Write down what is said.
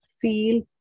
feel